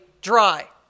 dry